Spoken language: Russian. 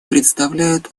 представляют